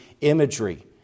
imagery